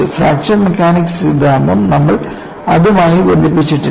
fraction mechanics സിദ്ധാന്തം നമ്മൾ അതുമായി ബന്ധിപ്പിച്ചിട്ടില്ല